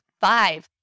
Five